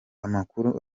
amakuru